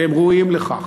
והם ראויים לכך.